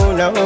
no